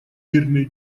мирные